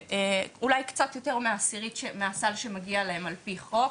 אולי קצת יותר מעשירית מהסל שמגיע להם על פי חוק.